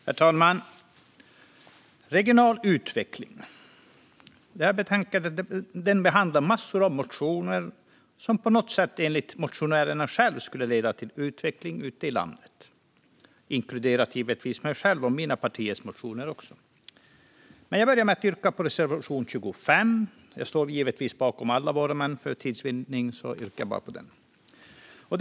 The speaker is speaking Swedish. Herr talman! Vi debatterar nu betänkandet Regional utveckling . Betänkandet behandlar massor av motioner som på något sätt enligt motionärerna själva skulle leda till utveckling ute i landet, givetvis inkluderat också mig själv och mina och mitt partis motioner. Jag börjar med att yrka bifall till reservation 25. Jag står givetvis bakom alla våra reservationer, men för tids vinning yrkar jag bifall bara till den.